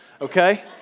okay